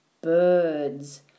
Birds